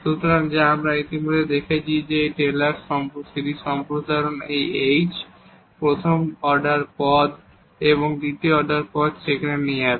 সুতরাং যা আমরা ইতিমধ্যেই দেখেছি যে টেইলর সিরিজ সম্প্রসারণ এই h প্রথম অর্ডার পদ এবং তারপর দ্বিতীয় অর্ডার পদ সেখানে নিয়ে যাবে